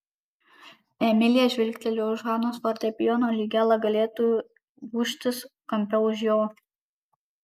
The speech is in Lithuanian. emilija žvilgtelėjo už hanos fortepijono lyg ela galėtų gūžtis kampe už jo